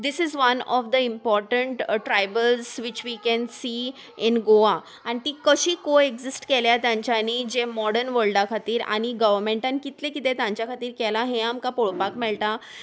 this is one of the important tribals which we can see in Goa आनी ती कशी coexist केल्या तांच्यांनी जे मॉर्डन वल्डा खातीर आनी गवर्मेंटान कितलें कितें तांच्या खातीर केलां हें आमकां पळोवपाक मेळटा